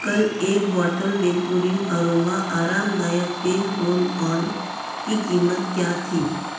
कल एक bottle Vapourin aroma आरामदायक तेल रोल ऑन की क़ीमत क्या थी